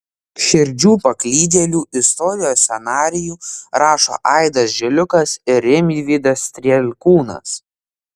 širdžių paklydėlių istorijos scenarijų rašo aidas žiliukas ir rimvydas strielkūnas